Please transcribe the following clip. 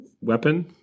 weapon